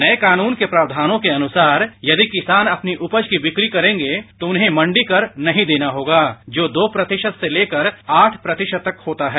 नये कानून के प्रावधानों के अनुसार यदि किसान अपनी उपज की बिक्री करेंगे तो उन्हें मंडी कर नहीं देना होगा जो दो प्रतिशत से आठ प्रतिशत तक होता है